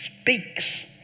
speaks